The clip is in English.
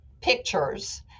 pictures